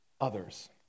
others